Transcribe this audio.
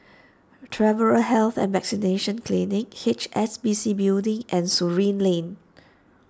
Travellers' Health and Vaccination Clinic H S B C Building and Surin Lane